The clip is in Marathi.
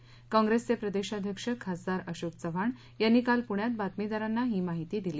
माहिती कॉंप्रेसचे प्रदेशाध्यक्ष खासदार अशोक चव्हाण यांनी काल पुण्यात बातमीदारांना ही माहिती दिली